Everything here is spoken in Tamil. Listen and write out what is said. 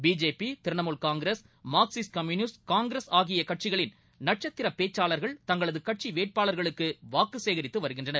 BJP Trinamool Congress Marxist Communist Congress ஆகியகட்சிகளின் நட்சத்திரபேச்சாளர்கள் தங்களதுகட்சிவேட்பாளர்களுக்குவாக்குசேகரித்துவருகின்றனர்